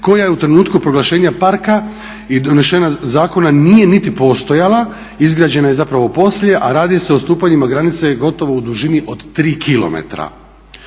koja je u trenutku proglašenja parka i donošenja zakona nije niti postojala, izgrađena je zapravo poslije, a radi se o odstupanjima granice gotovo u dužini od 3 km.